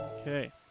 Okay